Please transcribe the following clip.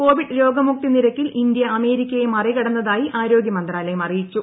Covid രോഗമുക്തി നിരക്കിൽ India അമേരിക്കയെ മറികടന്നതായി ആരോഗ്യ മന്ത്രാലയം അറിയിച്ചു